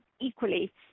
Equally